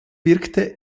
wirkte